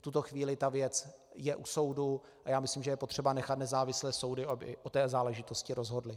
V tuto chvíli tato věc je u soudu a myslím, že je potřeba nechat nezávislé soudy, aby o záležitosti rozhodly.